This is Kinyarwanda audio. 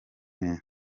neza